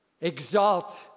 exalt